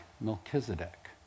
Melchizedek